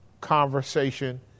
conversation